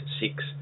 six